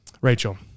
Rachel